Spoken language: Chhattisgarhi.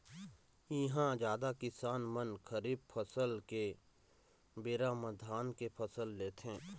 इहां जादा किसान मन खरीफ फसल के बेरा म धान के फसल लेथे